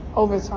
over so